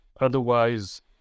Otherwise